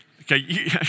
Okay